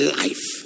life